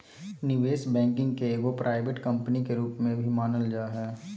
निवेश बैंकिंग के एगो प्राइवेट कम्पनी के रूप में भी मानल जा हय